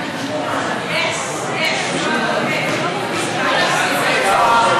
אדוני היושב בראש,